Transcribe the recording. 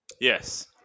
Yes